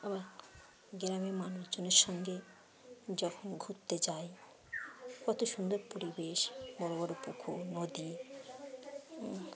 আবার গ্রামে মানুষজনের সঙ্গে যখন ঘুরতে যাই কত সুন্দর পরিবেশ বড়ো বড়ো পুকুর নদী